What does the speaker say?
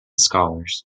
scholars